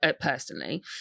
personally